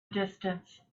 distance